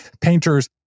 painters